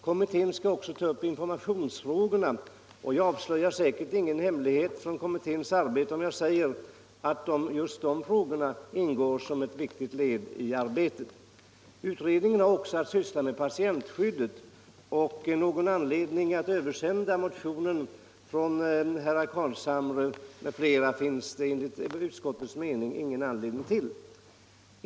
Kommittén skall också ta upp informationsfrågorna, och jag avslöjar säkert ingen hemlighet från kommitténs arbete om jag säger att just de frågorna ingår som ett viktigt led i arbetet. Utredningen har vidare att syssla med patientskyddet, och någon anledning att till utredningen översända motionen av herr Carlshamre m.fl. finns det enligt utskottets mening inte.